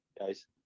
guys